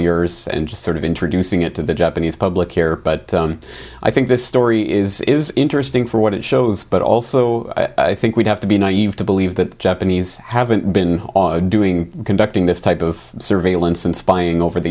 years and just sort of introducing it to the japanese public here but i think this story is interesting for what it shows but also i think we have to be nave to believe the japanese haven't been doing conducting this type of surveillance and spying over the